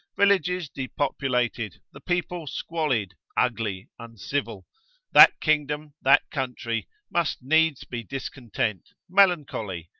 villages depopulated, the people squalid, ugly, uncivil that kingdom, that country, must needs be discontent, melancholy,